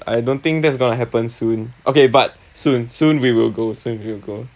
I don't think that's gonna happen soon okay but soon soon we will go soon we'll go